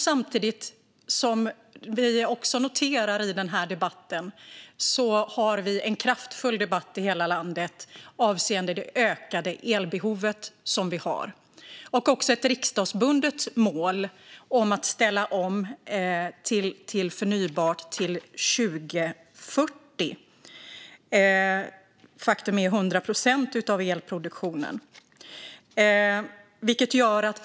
Samtidigt noterar vi att det finns en kraftfull debatt i landet vad gäller det ökade elbehovet. Det finns även ett riksdagsbundet mål om att ställa om elproduktionen till 100 procent förnybart till 2040.